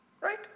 Right